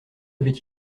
avait